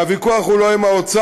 והוויכוח הוא לא עם האוצר,